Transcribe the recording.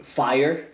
fire